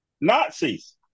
Nazis